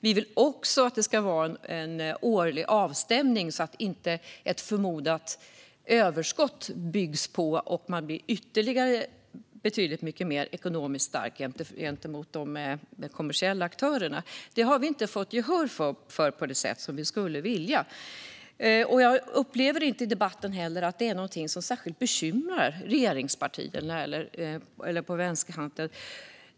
Vi vill också att det ska göras en årlig avstämning så att inte ett förmodat överskott byggs på och gör public service ännu starkare ekonomiskt i förhållande till de kommersiella aktörerna. Det har vi inte fått gehör för på det sätt som vi skulle vilja. Jag upplever heller inte i debatten att detta är någonting som särskilt bekymrar partierna i regeringen eller på vänsterkanten.